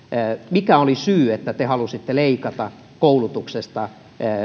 mikä oli syy että te halusitte leikata koulutuksesta